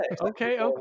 Okay